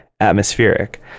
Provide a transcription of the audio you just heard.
atmospheric